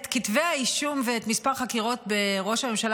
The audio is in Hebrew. את כתבי האישום ואת מספר חקירות ראש הממשלה